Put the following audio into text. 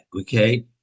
okay